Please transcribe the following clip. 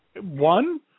One